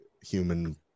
human